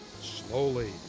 slowly